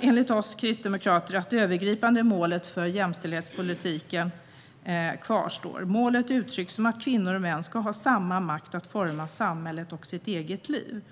Enligt oss kristdemokrater är det viktigt att det övergripande målet för jämställdhetspolitiken kvarstår. Målet uttrycks som att kvinnor och män ska ha samma makt att forma samhället och sitt eget liv.